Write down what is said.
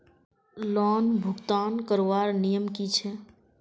Loan भुगतान करवार नियम की छे?